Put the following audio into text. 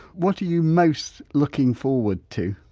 what are you most looking forward too?